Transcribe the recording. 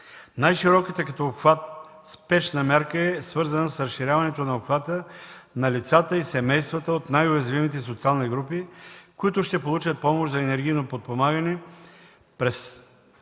Най-широката като обхват спешна мярка е свързана с разширяването на обхвата на лицата и семействата от най уязвимите социални групи, които ще получат помощ за енергийно подпомагане през